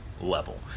level